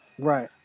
Right